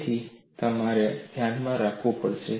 તેથી તમારે આ ધ્યાનમાં રાખવું પડશે